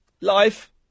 life